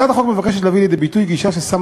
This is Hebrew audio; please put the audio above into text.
הצעת החוק מבקשת להביא לידי ביטוי גישה ששמה